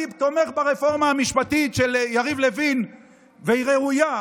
אני תומך ברפורמה המשפטית של יריב לוין והיא ראויה.